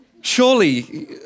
Surely